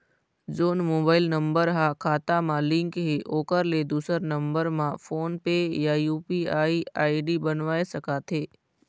जोन mobile number हा खाता मा लिन्क हे ओकर ले दुसर नंबर मा फोन पे या यू.पी.आई आई.डी बनवाए सका थे?